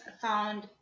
found